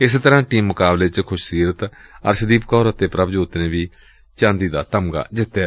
ਇਸੇ ਤਰ੍ਹਾ ਟੀਮ ਮੁਕਾਬਲੇ ਚ ਖੁਸ਼ਸੀਰਤ ਅਰਸ਼ਦੀਪ ਕੌਰ ਅਤੇ ਪੁਭਜੋਤ ਕੌਰ ਨੇ ਵੀ ਚਾਂਦੀ ਦਾ ਤਮਗਾ ਜਿਤਿਆ